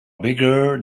bigger